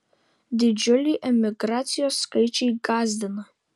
didžiuliai emigracijos skaičiai gąsdina